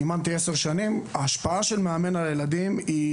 אימנתי עשר שנים, ההשפעה של המאמן על הילדים היא